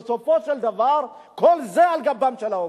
בסופו של דבר כל זה על גבם של העובדים.